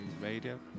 Radio